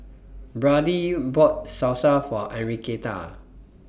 Brady bought Salsa For Enriqueta